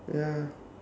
ya